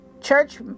church